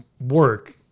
work